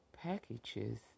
packages